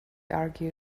argued